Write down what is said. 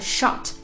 Shot